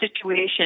situation